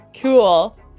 Cool